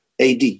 AD